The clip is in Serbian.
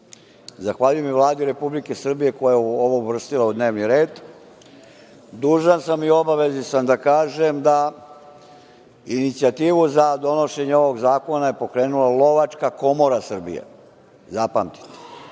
zahvaljujem i Vladi Republike Srbije koja je ovo uvrstila u dnevni red. Dužan sam i u obavezi sam da kažem da inicijativu za donošenje ovog zakona je pokrenula Lovačka komora Srbije, zapamtite,